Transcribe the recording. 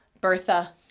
bertha